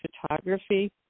photography